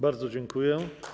Bardzo dziękuję.